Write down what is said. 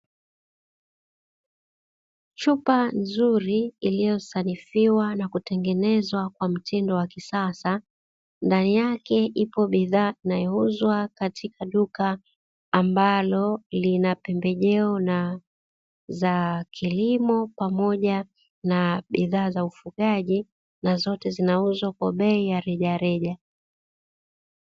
Chupa nzuri iliyosanifiwa na kutengenezwa kwa mtindo wa kisasa, ndani yake ipo bidhaa inayouzwa katika duka ambalo lina pembejeo za kilimo pamoja na bidhaa za ufugaji, na zote zinauzwa kwa bei ya rejareja.